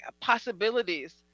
possibilities